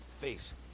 face